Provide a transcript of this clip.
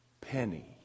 penny